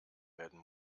werden